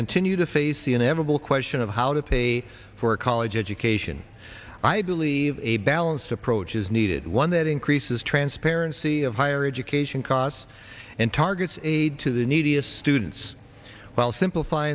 continue to face the inevitable question of how to pay for college education i believe a balanced approach is needed one that increases transparency of higher education costs and targets aid to the neediest students w